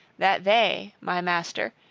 that they, my master,